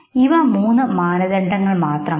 ഇവ മൂന്ന് മാനദണ്ഡങ്ങൾ മാത്രമാണ്